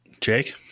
Jake